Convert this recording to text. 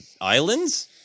islands